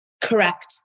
Correct